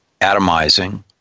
atomizing